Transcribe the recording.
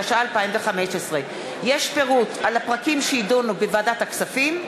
התשע"ה 2015. יש פירוט של הפרקים שיידונו בוועדת הכספים,